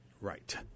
Right